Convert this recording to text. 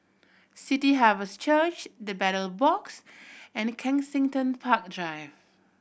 City Harvest Church The Battle Box and Kensington Park Drive